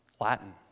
Latin